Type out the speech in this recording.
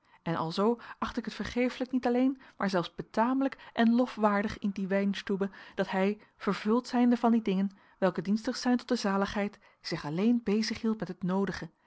en alzoo acht ik het vergeeflijk niet alleen maar zelfs betamelijk en lofwaardig in dien weinstübe dat hij vervuld zijnde van die dingen welke dienstig zijn tot de zaligheid zich alleen bezighield met het noodige